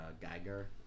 Geiger